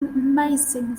amazing